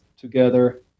together